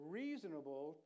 reasonable